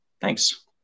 thanks